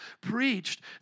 preached